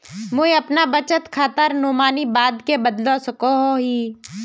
मुई अपना बचत खातार नोमानी बाद के बदलवा सकोहो ही?